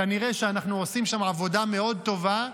כנראה שאנחנו עושים שם עבודה מאוד טובה,